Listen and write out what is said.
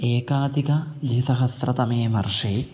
एकाधिकद्विसहस्रतमे वर्षे